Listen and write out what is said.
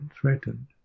threatened